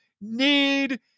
need